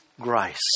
grace